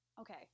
okay